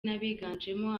n’abiganjemo